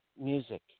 Music